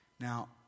Now